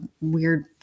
weird